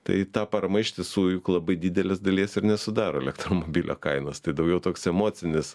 tai ta parama iš tiesų juk labai didelės dalies ir nesudaro elektromobilio kainos tai daugiau toks emocinis